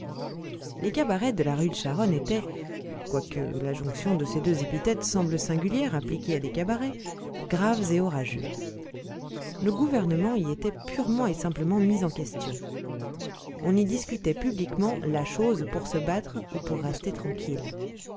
les cabarets de la rue de charonne étaient quoique la jonction de ces deux épithètes semble singulière appliquée à des cabarets graves et orageux le gouvernement y était purement et simplement mis en question on y discutait publiquement la chose pour se battre ou pour rester tranquille